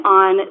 on